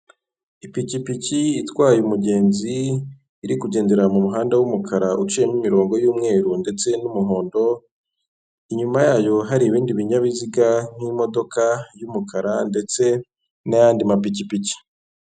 Ipikipiki itwaye umugenzi, iri kugendera mu muhanda w'umukara, uciyemo imirongo y'umweru ndetse n'umuhondo, inyuma yayo hari ibindi binyabiziga, nk'imodoka y'umukara ndetse n'ayandi mapikipiki.